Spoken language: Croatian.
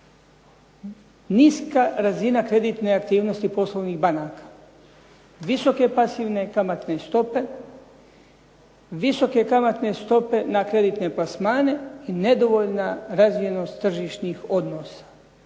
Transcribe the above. Niska razina kreditne aktivnosti poslovnih banaka, visoke pasivne kamatne stope, visoke kamatne stope na kreditne plasmane i nedovoljna razvijenost tržišnih odnosa.